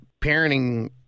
parenting